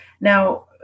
Now